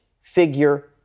figure